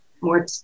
more